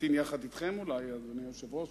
אמתין יחד אתכם, אדוני היושב-ראש,